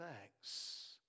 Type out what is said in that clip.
thanks